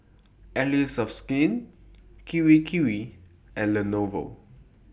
Allies of Skin Kirei Kirei and Lenovo